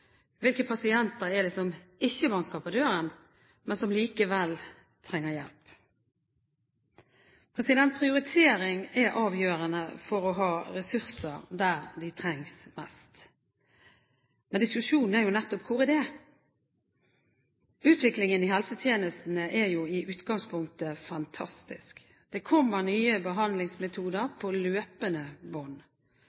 Hvilke pasienter er det som ikke banker på døren, men som likevel trenger hjelp? Prioritering er avgjørende for å ha ressurser der det trengs mest. Men diskusjonen er nettopp: Hvor er det? Utviklingen i helsetjenestene er i utgangspunktet fantastisk. Det kommer nye behandlingsmetoder